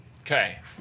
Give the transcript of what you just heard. Okay